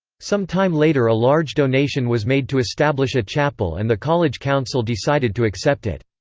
some time later a large donation was made to establish a chapel and the college council decided to accept it.